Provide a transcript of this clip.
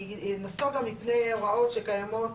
היא נסוגה מפני הוראות שקיימות,